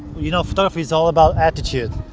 you know photography's all about attitude,